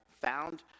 found